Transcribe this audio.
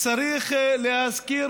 צריך להזכיר